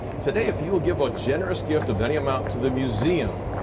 today if you will give a generous gift of any amount to the museum,